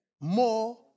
more